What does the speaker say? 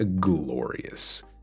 glorious